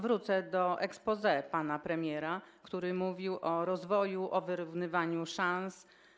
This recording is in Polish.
Wrócę do exposé pana premiera, który mówił o rozwoju, o wyrównywaniu szans.